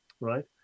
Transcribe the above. right